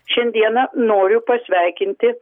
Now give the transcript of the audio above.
šiandieną noriu pasveikinti